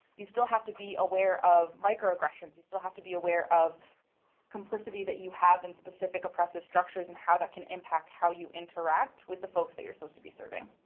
you still have to be aware of micro-aggressions. you still have to be aware of complicity that you have in specific oppressive structures and how that can impact how you interact with the folks that you're supposed to be serving.